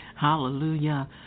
Hallelujah